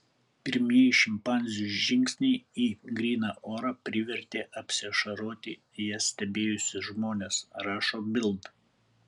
pirmieji šimpanzių žingsniai į gryną orą privertė apsiašaroti jas stebėjusius žmones rašo bild